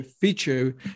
feature